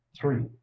three